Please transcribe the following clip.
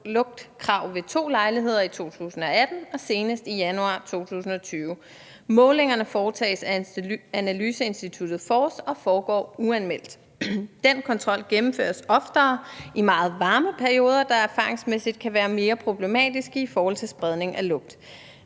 lugtgrænser ved to lejligheder: i 2018 og senest i januar 2020. Målingerne foretages af analyseinstituttet FORCE Technology og foregår uanmeldt. Den kontrol gennemføres oftere i meget varme perioder, der erfaringsmæssigt kan være mere problematiske i forhold til spredningen af lugt.